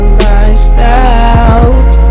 lifestyle